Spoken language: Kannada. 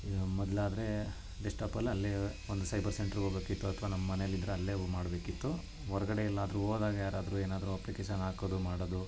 ಇದು ಮೊದ್ಲಾದರೆ ಡೆಸ್ಟಾಪಲ್ಲಿ ಅಲ್ಲೇ ಒಂದು ಸೈಬರ್ ಸೆಂಟ್ರಿಗೆ ಹೋಬೇಕಿತ್ತು ಅಥ್ವ ನಮ್ಮ ಮನೆಯಲ್ ಇದ್ದರೆ ಅಲ್ಲೇ ಹೋಗ್ ಮಾಡಬೇಕಿತ್ತು ಹೊರಗಡೆ ಎಲ್ಲಾದರೂ ಹೋದಾಗ ಯಾರಾದರೂ ಏನಾದರೂ ಅಪ್ಲಿಕೇಶನ್ ಹಾಕೋದು ಮಾಡೋದು